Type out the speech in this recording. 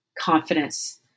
confidence